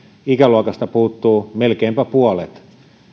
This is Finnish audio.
ikäluokasta puuttuu melkeinpä puolet